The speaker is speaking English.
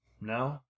no